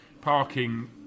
parking